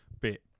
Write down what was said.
bit